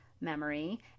memory